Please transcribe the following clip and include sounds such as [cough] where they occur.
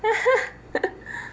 [laughs]